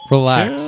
Relax